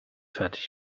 fertig